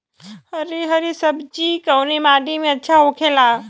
हरी हरी सब्जी कवने माटी में अच्छा होखेला?